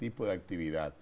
people like to be that